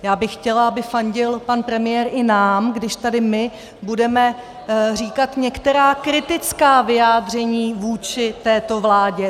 Já bych chtěla, aby fandil pan premiér i nám, když tady my budeme říkat některá kritická vyjádření vůči této vládě.